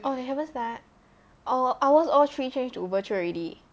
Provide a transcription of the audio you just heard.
oh they haven't start orh ours all three changed to virtual already